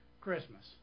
Christmas